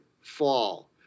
fall